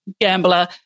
Gambler